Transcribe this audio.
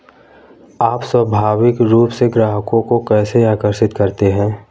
आप स्वाभाविक रूप से ग्राहकों को कैसे आकर्षित करते हैं?